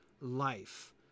life